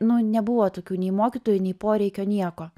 nu nebuvo tokių nei mokytojų nei poreikio nieko